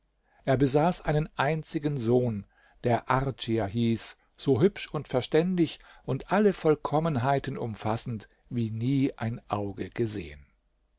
er besaß einen einzigen sohn der ardschir hieß so hübsch und verständig und alle vollkommenheiten umfassend wie nie ein auge gesehen